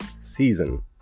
season